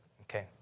okay